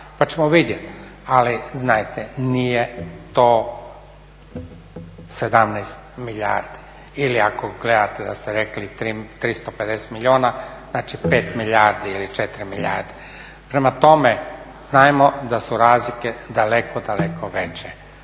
pa ćemo vidjet. Ali znajte, nije to 17 milijardi ili ako gledate da ste rekli 250 milijuna znači 5 milijardi ili 4 milijarde. Prema tome znajmo da su razlike daleko, daleko veće